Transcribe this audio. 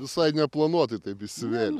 visai neplanuotai taip įsivėlė